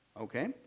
Okay